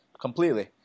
completely